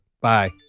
Bye